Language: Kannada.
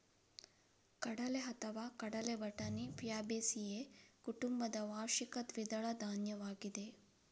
ಕಡಲೆಅಥವಾ ಕಡಲೆ ಬಟಾಣಿ ಫ್ಯಾಬೇಸಿಯೇ ಕುಟುಂಬದ ವಾರ್ಷಿಕ ದ್ವಿದಳ ಧಾನ್ಯವಾಗಿದೆ